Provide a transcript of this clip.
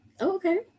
Okay